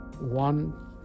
one